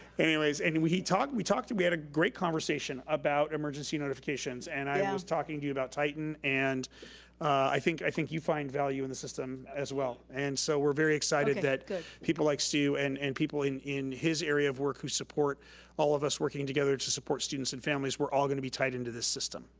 anyways, and and he talked, we talked, we had a great conversation about emergency notifications. and i um was talking to you about titan. and i think i think you find value in the system, as well. and so we're very excited that people like stu and and people in in his area of work who support all of us working together to support students and families, we're all gonna be tied into this system.